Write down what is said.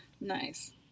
Nice